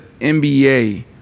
NBA